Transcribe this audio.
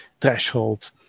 threshold